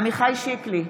עמיחי שיקלי,